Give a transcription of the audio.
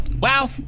Wow